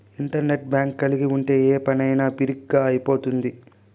internet bank కలిగి ఉంటే ఏ పనైనా బిరిగ్గా అయిపోతుంది